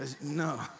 no